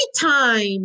time